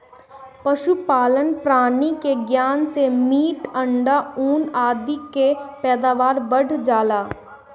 पशुपालन प्रणाली के ज्ञान से मीट, अंडा, ऊन आदि कअ पैदावार बढ़ जाला